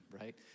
right